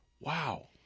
Wow